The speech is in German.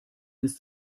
ist